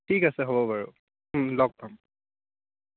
ঠিক আছে হ'ব বাৰু লগ পাম